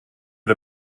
der